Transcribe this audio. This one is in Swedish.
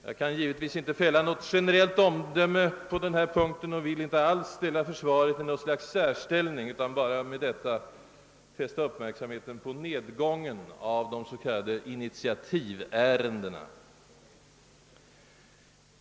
Jag kan givetvis inte fälla något generellt omdöme på den här punkten och vill inte alls ställa försvaret i något slags särställning utan bara med detta fästa uppmärksamheten på nedgången av de så kallade initiativärendena.